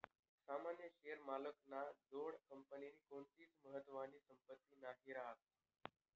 सामान्य शेअर मालक ना जोडे कंपनीनी कोणतीच महत्वानी संपत्ती नही रास